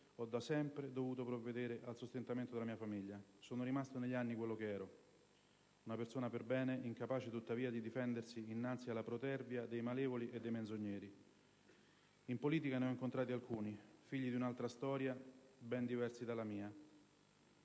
ho da sempre dovuto provvedere al sostentamento della mia famiglia e sono rimasto negli anni quello che ero: una persona perbene, incapace tuttavia di difendersi innanzi alla protervia dei malevoli e dei menzogneri. In politica ne ho incontrati alcuni, figli di un'altra storia, ben diversa dalla mia,